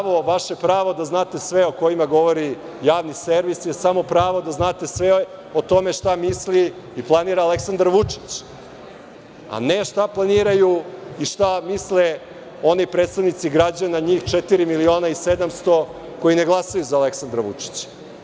Vaše pravo da znate sve, o kojima govori Javni servis, je samo pravo da znate sve o tome šta misli i planira Aleksandar Vučić, a ne šta planiraju i šta misle oni predstavnici građana, njih 4.700.000 koji ne glasaju za Aleksandra Vučića.